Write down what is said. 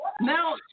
Now